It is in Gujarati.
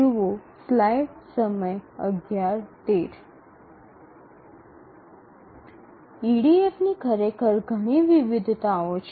ઇડીએફની ખરેખર ઘણી વિવિધતાઓ છે